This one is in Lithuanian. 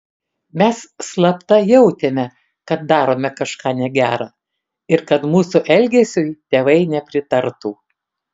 mes slapta jautėme kad darome kažką negera ir kad mūsų elgesiui tėvai nepritartų